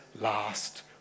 last